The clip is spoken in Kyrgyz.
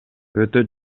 өтө